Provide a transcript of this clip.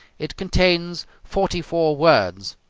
it contains forty-four words,